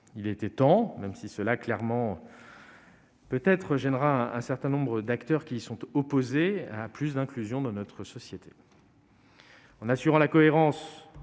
Il était temps, même si cela gênera peut-être un certain nombre d'acteurs opposés à plus d'inclusion dans notre société.